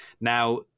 Now